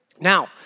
Now